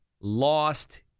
lost